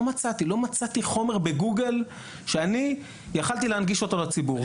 לא מצאתי חומר בגוגל שאני יכולתי להנגיש אותו לציבור,